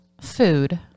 food